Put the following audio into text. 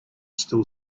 still